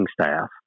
staff